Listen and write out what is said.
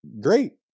Great